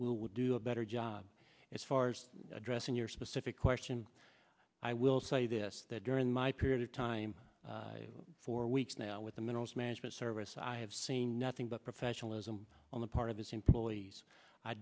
will would do a better job as far as addressing your specific question i will say this that during my period of time for weeks now with the minerals management service i have seen nothing but professionalism on the part of his employees i